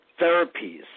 therapies